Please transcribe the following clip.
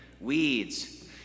weeds